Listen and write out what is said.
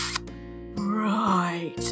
right